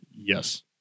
Yes